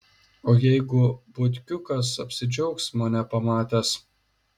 o jeigu butkiukas apsidžiaugs mane pamatęs